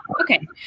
okay